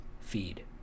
feed